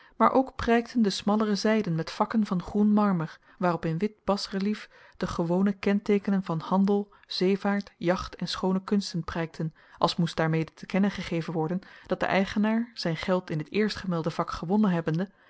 maar ook prijkten de smallere zijden met vakken van groen marmer waarop in wit bas relief de gewone kenteekenen van handel zeevaart jacht en schoone kunsten prijkten als moest daarmede te kennen gegeven worden dat de eigenaar zijn geld in het eerstgemelde vak gewonnen hebbende